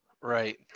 Right